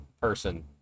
person